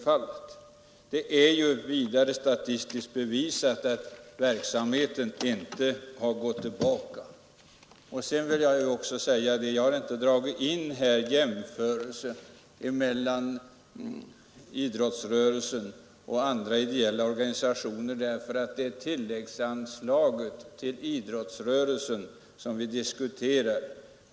Vidare är det statistiskt bevisat att verksamheten inte har gått tillbaka. Sedan vill jag också säga att jag inte har dragit in jämförelsen mellan idrottsrörelsen och andra ideella organisationer därför att det är tilläggsanslaget till idrottsrörelsen som vi diskuterar.